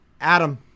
Adam